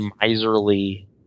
miserly